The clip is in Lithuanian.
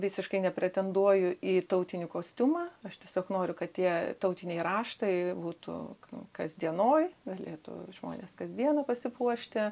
visiškai nepretenduoju į tautinį kostiumą aš tiesiog noriu kad tie tautiniai raštai būtų kasdienoje galėtų žmonės kasdiena pasipuošti